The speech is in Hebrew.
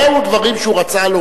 והיו לו דברים שהוא רצה לומר אותם.